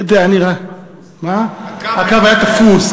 לא יודע, היה נראה, הקו היה תפוס.